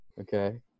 Okay